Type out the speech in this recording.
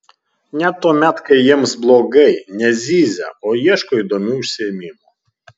net tuomet kai jiems blogai nezyzia o ieško įdomių užsiėmimų